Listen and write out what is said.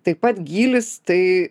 taip pat gylis tai